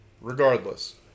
Regardless